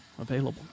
available